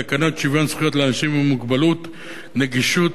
את תקנת שוויון זכויות לאנשים עם מוגבלות (נגישות